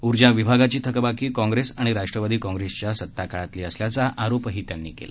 उर्जाविभागाची थकबाकी कॉंग्रेस आणि राष्ट्रवादी काँग्रेसच्या सत्ताकाळातली असल्याचा आरोपही फडणवीस यांनी यावेळी केला